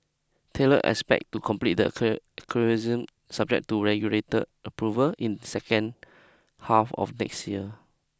Thales expect to complete the acer acquisition subject to regulated approval in second half of next year